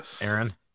Aaron